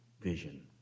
vision